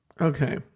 Okay